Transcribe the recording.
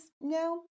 no